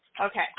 Okay